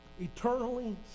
eternally